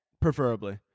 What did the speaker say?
Preferably